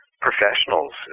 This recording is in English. professionals